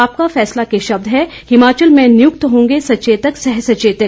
आपका फैसला के शब्द हैं हिमाचल में नियुक्त होंगे सचेतक सह सचेतक